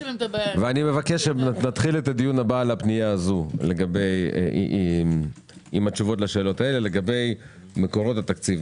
נתחיל את הדיון הבא עם התשובות לשאלות האלה לגבי מקורות התקציב,